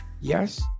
Yes